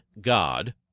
God